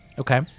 Okay